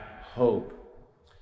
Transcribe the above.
hope